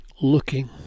looking